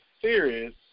serious